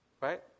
Right